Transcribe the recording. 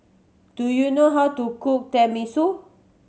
do you know how to cook Tenmusu